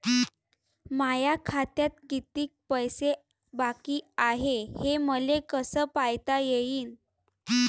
माया खात्यात कितीक पैसे बाकी हाय हे मले कस पायता येईन?